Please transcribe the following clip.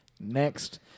next